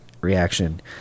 reaction